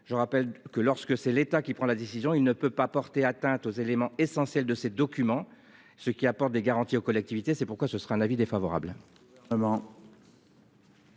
Je rappelle que lorsque c'est l'État qui prend la décision, il ne peut pas porter atteinte aux éléments essentiels de ces documents ce qui apporte des garanties aux collectivités. C'est pourquoi ce sera un avis défavorable.